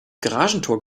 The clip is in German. garagentor